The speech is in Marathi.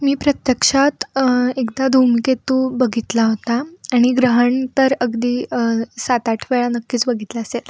मी प्रत्यक्षात एकदा धूमकेतू बघितला होता आणि ग्रहण तर अगदी सात आठवेळा नक्कीच बघितलं असेल